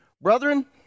Brethren